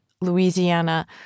Louisiana